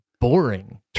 boring